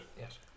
Yes